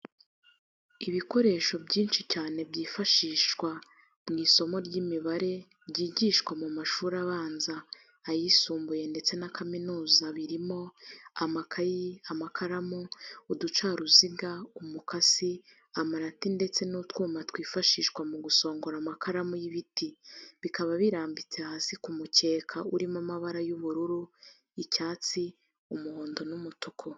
Ibikoresho byinshi cyane byifashishwa mu isomo ry'imibare ryigishwa mu mashuri abanza, ayisumbuye ndetse na kaminuza, birimo: amakayi, amakaramu, uducaruziga, umukasi, amarati ndetse n'utwuma twifashishwa mu gusongora amakaramu y'ibiti, bikaba birambitse hasi ku mukeka urimo amabara y'ubururu, icyatsi, umuhondo n'umutuku.